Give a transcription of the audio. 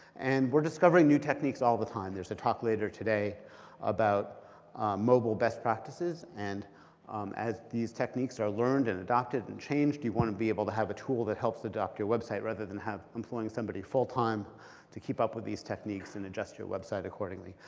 and we're discovering new techniques all the time. there's a talk later today about mobile best practices. and um as these techniques are learned and adopted adopted and changed, you want to be able to have a tool that helps adopt your website, rather than employing somebody full-time to keep up with these techniques and adjust your website accordingly.